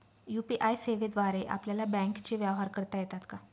UPI सेवेद्वारे आपल्याला बँकचे व्यवहार करता येतात का?